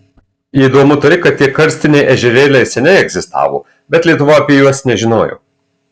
įdomu tai kad tie karstiniai ežerėliai seniai egzistavo bet lietuva apie juos nežinojo